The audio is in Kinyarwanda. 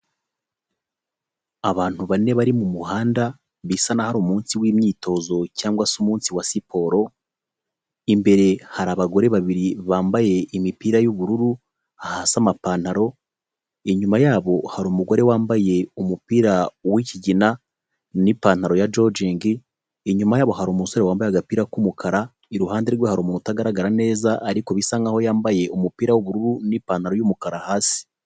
Abantu bane bari mu muhanda bisa naho ari ari umunsi w'imyitozo cyangwa se umunsi wa siporo. Imbere hari abagore babiri bambaye imipira y'ubururu, hasi amapantaro. Inyuma yabo hari umugore wambaye umupira w'ikigina n'ipantaro ya jojingi. Inyuma yabo hari umusore wambaye agapira k'umukara. Iruhande rwe hari umuntu utagaragara neza ariko bisa nkaho yambaye umupira w'ubururu n'ipantaro y'umukara hasi.